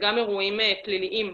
וגם אירועים פליליים.